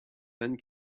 then